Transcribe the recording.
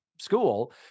school